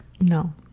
No